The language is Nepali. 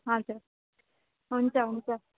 हजुर हुन्छ हुन्छ